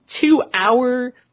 two-hour